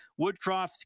Woodcroft